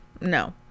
No